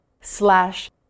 slash